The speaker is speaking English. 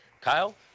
Kyle